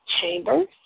Chambers